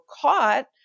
caught